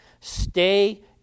stay